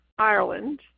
Ireland